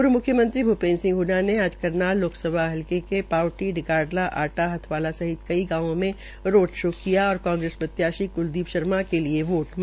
पूर्व मुख्यमंत्री भूपेन्द्र सिंह हडडा ने आज करनाल लोकसभा हलके के पावटी डिकाडल आटा हथवाला सहित कई गांवों में रोड शो किया और कांग्रेस प्रत्याशी क्लदीप शर्मा के लिये वोट मांगे